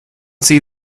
see